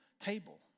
table